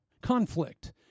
conflict